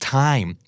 time